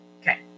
Okay